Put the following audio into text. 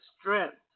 strength